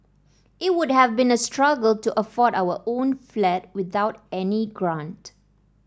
it would have been a struggle to afford our own flat without any grant